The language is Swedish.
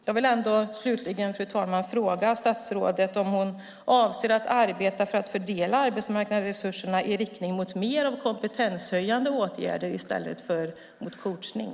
Jag vill ändå slutligen, fru talman, fråga statsrådet om hon avser att arbeta för att fördela arbetsmarknadsresurserna i riktning mot mer av kompetenshöjande åtgärder i stället för mot coachning.